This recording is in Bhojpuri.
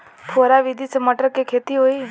फुहरा विधि से मटर के खेती होई